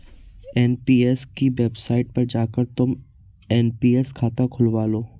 NPS की website पर जाकर तुम एन.पी.एस खाता खुलवा लो